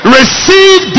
receive